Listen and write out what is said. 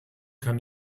kann